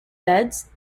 beds